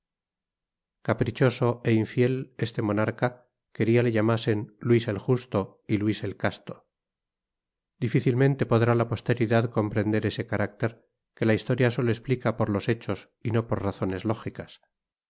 caprichoso é infiel este monarca queria le llamasen luis el justo y luis el casto dificilmente podrá la posteridad comprender ese carácter que la historia solo esplica por los hechos y no por razones lógicas